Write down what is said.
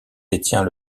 détient